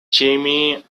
jamie